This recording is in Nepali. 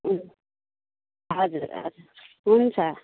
हजुर हजुर हुन्छ